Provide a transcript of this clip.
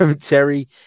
Terry